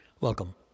Welcome